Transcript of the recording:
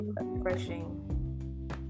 refreshing